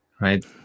Right